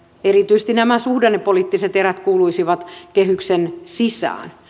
erityisesti nämä suhdannepoliittiset erät kuuluisivat kehyksen sisään